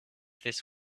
this